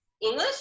English